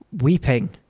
Weeping